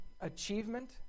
achievement